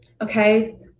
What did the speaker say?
Okay